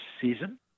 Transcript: season